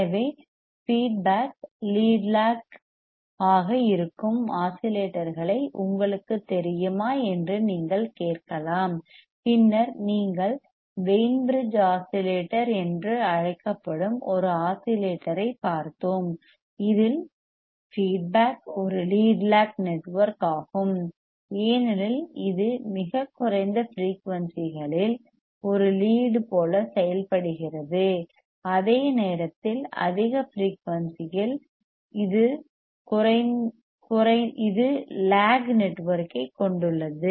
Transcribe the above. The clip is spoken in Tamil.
எனவே ஃபீட்பேக் லீட் லேக் ஆக இருக்கும் ஆஸிலேட்டர்களை உங்களுக்குத் தெரியுமா என்று நீங்கள் கேட்கலாம் பின்னர் நீங்கள் வெய்ன் பிரிட்ஜ் ஆஸிலேட்டர் என்று அழைக்கப்படும் ஒரு ஆஸிலேட்டரைப் பார்த்தோம் இதில் ஃபீட்பேக் ஒரு லீட் லேக் நெட்வொர்க் ஆகும் ஏனெனில் இது மிகக் குறைந்த ஃபிரெயூனிசிகளில் ஒரு லீட் போல செயல்படுகிறது அதே நேரத்தில் அதிக ஃபிரெயூனிசியில் இது லேக் நெட்வொர்க்கைக் கொண்டுள்ளது